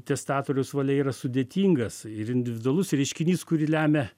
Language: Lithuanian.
testatoriaus valia yra sudėtingas ir individualus reiškinys kurį lemia